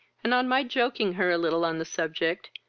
and, on my joking her a little on the subject,